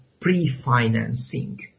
pre-financing